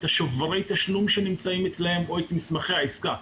שוברי התשלום שאצלם או את מסמכי העסקה.